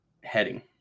heading